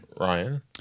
Ryan